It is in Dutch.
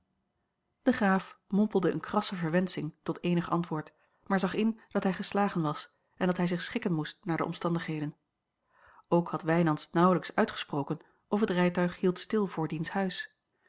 de graaf mompelde eene krasse verwensching tot eenig antwoord maar zag in dat hij geslagen was en dat hij zich schikken moest naar de omstandigheden ook had wijnands nauwelijks uitgesproken of het rijtuig hield stil voor diens huis